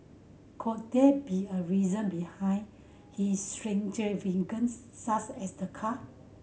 could that be a reason behind his such as the car